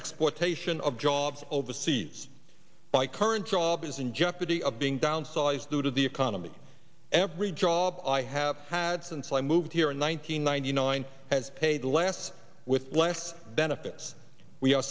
exploitation of jobs overseas my current job is in jeopardy of being downsized due to the economy every job i have had since i moved here in one nine hundred ninety nine has paid yes with life benefits we are